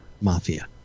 mafia